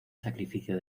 sacrificio